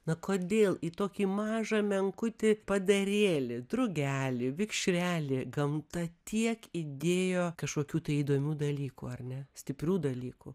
na kodėl į tokį mažą menkutį padarėlį drugelį vikšrelį gamta tiek įdėjo kažkokių tai įdomių dalykų ar ne stiprių dalykų